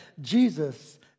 Jesus